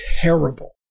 terrible